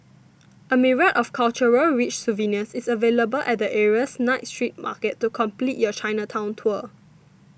a myriad of cultural rich souvenirs is available at the area's night street market to complete your Chinatown tour